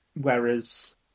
Whereas